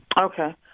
okay